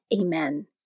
Amen